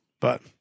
but-